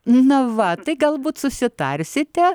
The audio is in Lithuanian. na va tai galbūt susitarsite